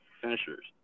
finishers